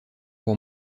pour